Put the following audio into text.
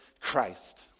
Christ